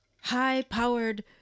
high-powered